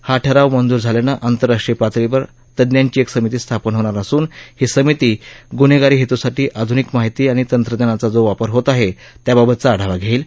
हा ठराव मंजूर झाल्यानं आंतरराष्ट्रीय पातळीवर तज्ञांची एक समिती स्थापन होणार असून ही समिती गुन्हेगारी हेतूसाठी आध्निक माहिती आणि तंत्रज्ञानाचा जो वापर होत आहे त्याबाबतचा आढावा घेईल